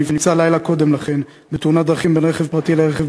שנפצע לילה קודם לכן בתאונת דרכים בין רכב פרטי לרכב